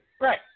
Right